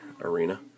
arena